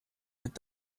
mit